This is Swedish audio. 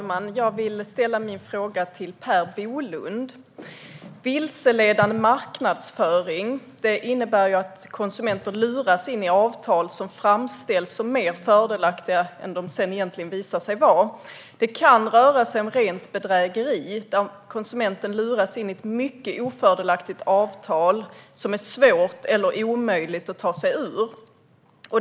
Herr talman! Min fråga går till Per Bolund. Vilseledande marknadsföring innebär att konsumenter luras in i avtal som framställs som mer fördelaktiga än de sedan visar sig vara. Det kan röra sig om rent bedrägeri där konsumenten luras in i ett mycket ofördelaktigt avtal som är svårt eller omöjligt att ta sig ur.